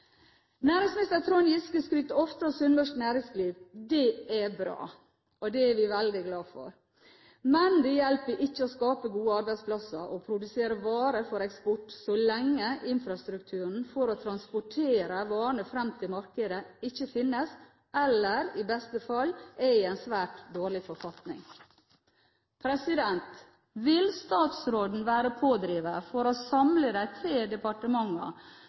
Næringsminister Trond Giske skryter ofte av sunnmørsk næringsliv. Det er bra, og det er vi veldig glad for. Men det hjelper ikke å skape gode arbeidsplasser og produsere varer for eksport så lenge infrastrukturen for å transportere varene fram til markedet ikke finnes, eller i beste fall er i en svært dårlig forfatning. Vil statsråden være pådriver for å samle de tre